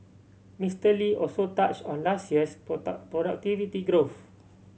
Mister Lee also touched on last year's productivity growth